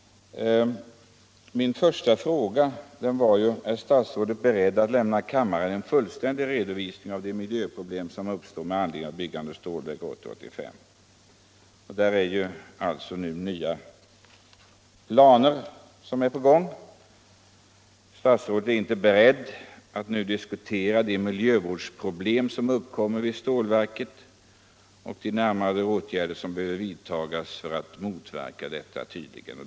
Min första fråga i interpellationen var: ”Är statsrådet beredd att lämna kammaren en fullständig redovisning av de miljöproblem som uppstår med anledning av byggandet av Stålverk 80-85?” Planerna har alltså nu förändrats, och statsrådet är inte beredd att nu diskutera de miljövårdsproblem som uppkommer vid stålverket och de närmare åtgärder som behöver vidtas för att motverka dessa. Det förstår jag.